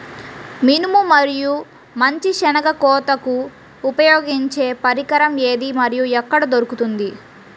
మినుము మరియు మంచి శెనగ కోతకు ఉపయోగించే పరికరం ఏది మరియు ఎక్కడ దొరుకుతుంది?